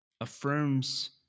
affirms